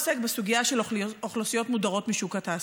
עוסק בסוגיה של אוכלוסיות מודרות משוק התעסוקה.